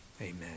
Amen